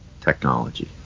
technology